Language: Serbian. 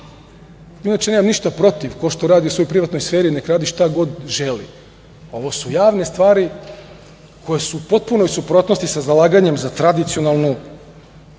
nemam ništa protiv ko šta radi u svojoj privatnoj sferi, neka radi šta god želi. Ovo su javne stvari koje su u potpunoj suprotnosti sa zalaganjem za tradicionalnu